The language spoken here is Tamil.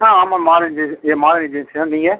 ஆமாம் ஆமா மாறன் ஏஜென்சி மாறன் ஏஜென்சி தான் நீங்கள்